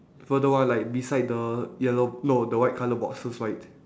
further one like beside the yellow no the white colour boxes right